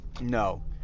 No